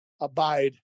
abide